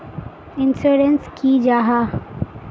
Insurance की जाहा?